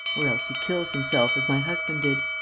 or else he kills himself, as my husband did.